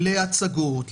להצגות,